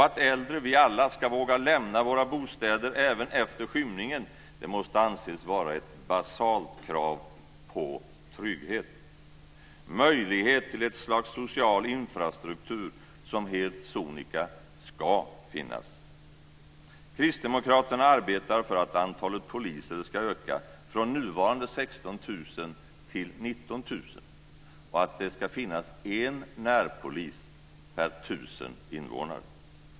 Att äldre och vi alla ska våga lämna våra bostäder även efter skymningen måste anses vara ett basalt krav på trygghet. Det handlar om en möjlighet till ett slags social infrastruktur som helt sonika ska finnas. Kristdemokraterna arbetar för att antalet poliser ska öka från nuvarande 16 000 till 19 000 och att det ska finnas en närpolis per tusen invånare.